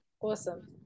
Awesome